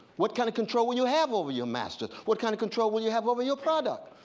what kind of control will you have over your masters? what kind of control will you have over your product?